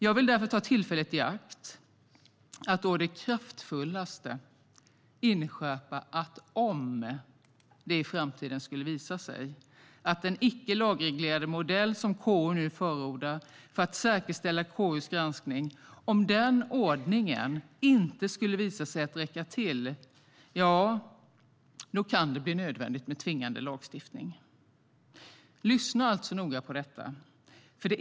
Jag vill därför ta tillfället i akt att å det kraftfullaste inskärpa att om det i framtiden skulle visa sig att den icke lagreglerade modell som KU nu förordar för att säkerställa KU:s granskning inte skulle visa sig räcka till kan det bli nödvändigt med tvingande lagstiftning. Lyssna alltså noga på detta!